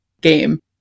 game